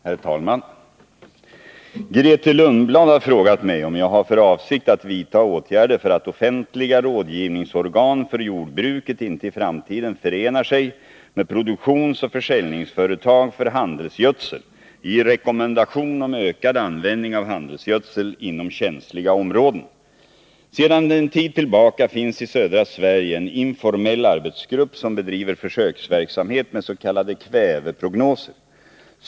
Herr talman! Grethe Lundblad har frågat mig om jag har för avsikt att vidta åtgärder för att offentliga rådgivningsorgan för jordbruket inte i framtiden förenar sig med produktionsoch försäljningsföretag för handelsgödsel i rekommendation om ökad användning av handelsgödsel inom känsliga områden. Sedan en tid tillbaka finns i södra Sverige en informell arbetsgrupp som bedriver försöksverksamhet med s.k. kväveprognoser.